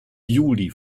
juli